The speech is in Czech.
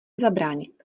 zabránit